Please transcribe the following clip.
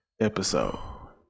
episode